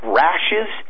rashes